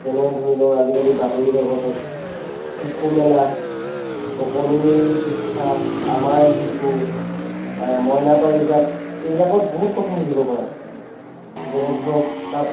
যেনে ধৰি লওঁক আজিকালি বাতৰি কাকতত শিশুমেলা অকনিৰ পৃষ্ঠা আমাৰ শিশু মইনাপাৰিজাত এইবিলাকত বহুত কথা শিকিব পাৰে যেনে ধৰক তাত